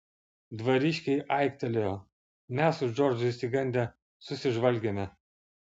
dvariškiai aiktelėjo mes su džordžu išsigandę susižvalgėme